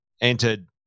entered